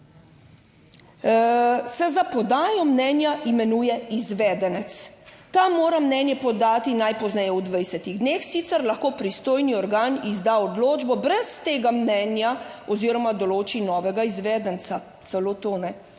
se za podajo mnenja imenuje izvedenec, ta mora mnenje podati najpozneje v 20 dneh, sicer lahko pristojni organ izda odločbo brez tega mnenja oziroma določi novega izvedenca.